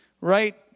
right